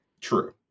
True